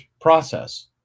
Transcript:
process